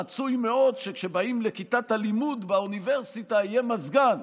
רצוי מאוד שכשבאים לכיתת הלימוד באוניברסיטה יהיה מזגן,